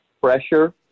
pressure